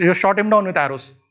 yeah shot him down with arrows.